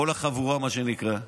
כל החבורה, מה שנקרא.